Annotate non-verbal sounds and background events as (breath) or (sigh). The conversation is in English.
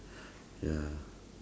(breath) ya